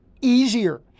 easier